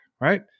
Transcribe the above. right